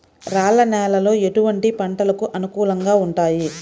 రాళ్ల నేలలు ఎటువంటి పంటలకు అనుకూలంగా ఉంటాయి?